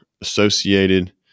associated